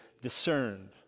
discerned